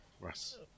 Russ